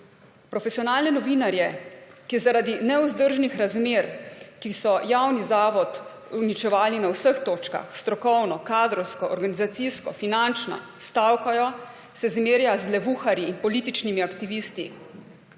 Profesionalne novinarje, ki zaradi nevzdržnih razmer, ki so javni zavod uničevale na vseh točkah, strokovno, kadrovsko, organizacijsko, finančno, stavkajo, se zmerja z levuharji in političnimi aktivisti.